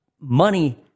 money